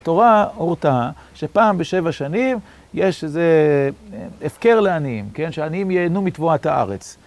תורה הורתה שפעם בשבע שנים יש איזה הפקר לעניים, כן? שעניים ייהנו מתבואת הארץ.